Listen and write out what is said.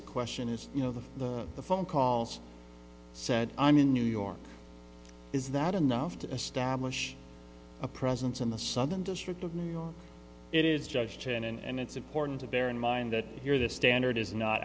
r question is you know that the phone calls said i'm in new york is that enough to establish a presence in the southern district of new york it is judge chen and it's important to bear in mind that here this standard is not